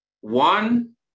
One